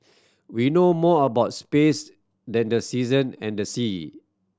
we know more about space than the season and the sea